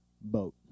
boat